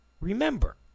remember